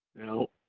now,